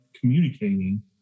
communicating